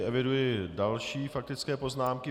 Eviduji další faktické poznámky.